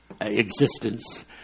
existence